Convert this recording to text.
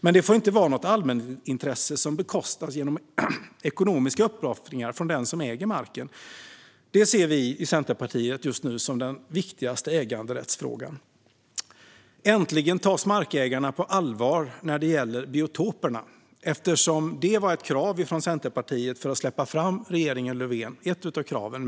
Men det får inte vara något allmänintresse som bekostas genom ekonomiska uppoffringar från den som äger marken. Det ser vi i Centerpartiet som den just nu viktigaste äganderättsfrågan. Äntligen tas markägarna på allvar när det gäller biotoperna, eftersom det var ett av kraven från Centerpartiet för att släppa fram regeringen Löfven.